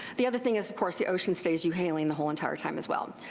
the other thing is of course the ocean stays euhaline the whole entire time as well.